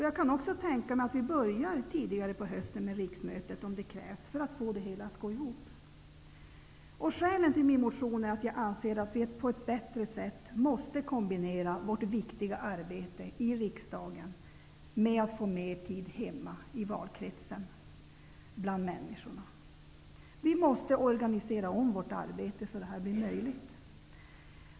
Jag kan också tänka mig att vi börjar tidigare på hösten med riksmötet om det krävs för att få det hela att gå ihop. Skälet till min motion är att jag anser att vi måste kombinera vårt viktiga arbete i riksdagen med mer tid hemma bland människorna i valkretsen på ett bättre sätt. Vi måste organisera om vårt arbete så att detta blir möjligt.